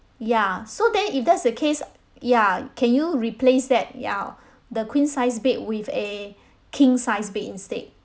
ya so then if that's the case ya can you replace that ya the queen sized bed with a king sized bed instead